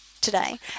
today